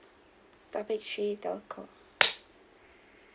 topic three telco